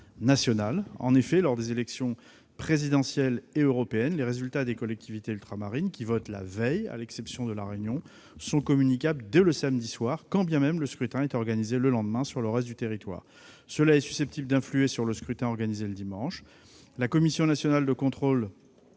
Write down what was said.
national. En effet, lors des élections présidentielle et européenne, les résultats des collectivités ultramarines, qui votent la veille, à l'exception de La Réunion, sont communicables dès le samedi soir, quand bien même le scrutin est organisé le lendemain sur le reste du territoire. Cela est susceptible d'influer sur le scrutin organisé le dimanche. La Commission nationale de contrôle